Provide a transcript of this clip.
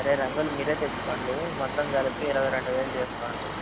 సరే రంగులు మీరే తెచ్చుకోండి మొత్తం కలిపి ఇరవై రెండు వేలు చేసుకోండి